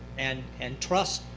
and and trust,